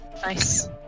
Nice